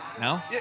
no